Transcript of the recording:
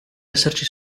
esserci